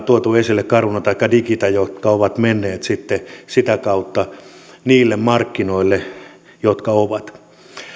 tuotu esille caruna taikka digita jotka ovat menneet sitten sitä kautta niille markkinoille joilla ovat